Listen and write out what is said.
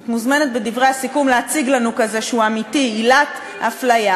את מוזמנת בדברי הסיכום להציג לנו סיפור כזה שהוא אמיתי על עילת הפליה,